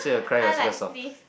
I like sniff